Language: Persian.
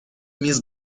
میز